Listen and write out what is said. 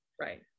right